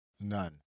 None